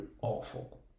awful